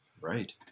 Right